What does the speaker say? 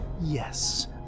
Yes